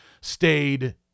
stayed